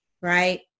right